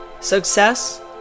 success